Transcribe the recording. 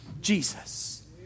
Jesus